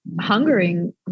hungering